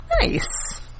Nice